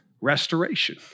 restoration